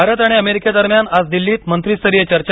भारत आणि अमेरिकेदरम्यान आज दिल्लीत मंत्रीस्तरीय चर्चा